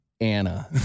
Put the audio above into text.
anna